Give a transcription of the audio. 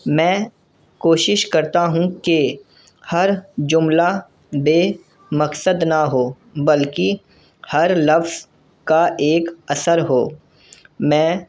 میں کوشش کرتا ہوں کہ ہر جملہ بے مقصد نہ ہو بلکہ ہر لفظ کا ایک اثر ہو میں